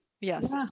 yes